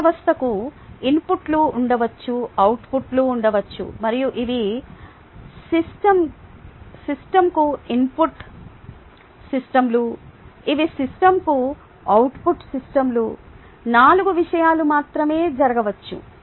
ఈ వ్యవస్థకు ఇన్పుట్లు ఉండవచ్చు అవుట్పుట్లు ఉండవచ్చు మరియు ఇవి సిస్టమ్కు ఇన్పుట్ స్ట్రీమ్లు ఇవి సిస్టమ్కు అవుట్పుట్ స్ట్రీమ్లు నాలుగు విషయాలు మాత్రమే జరగవచ్చు